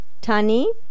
Tani